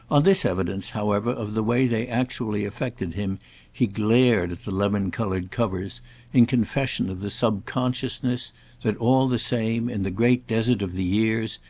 on this evidence, however, of the way they actually affected him he glared at the lemon-coloured covers in confession of the subconsciousness that, all the same, in the great desert of the years,